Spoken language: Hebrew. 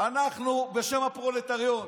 אנחנו בשם הפרולטריון.